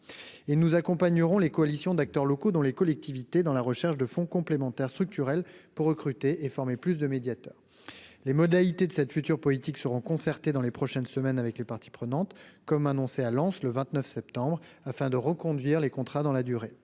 et nous accompagnerons les coalitions d'acteurs locaux dans les collectivités dans la recherche de fonds complémentaires structurelles pour recruter et former plus de médiateur, les modalités de cette future politique seront concertés dans les prochaines semaines avec les parties prenantes, comme annoncé à Lens le 29 septembre afin de reconduire les contrats dans la durée,